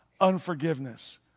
unforgiveness